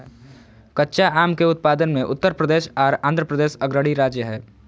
कच्चा आम के उत्पादन मे उत्तर प्रदेश आर आंध्रप्रदेश अग्रणी राज्य हय